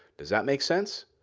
does that make sense?